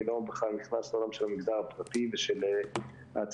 אני בכלל לא נכנס לעולם של המגזר הפרטי ושל העצמאים,